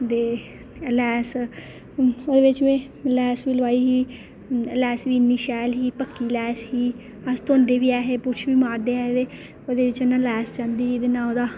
ते लैस ओह्दे बिच में लैस बी लोआई ही लैस बी इन्नी शैल ही पक्की लैस ही ते अस धोंदे बी ऐहे ते ब्रुश बी मारदे हे ते ओह्दे चा ना लैस जंदी ही ओह्दे चा